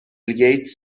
گیتس